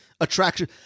attraction